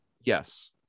yes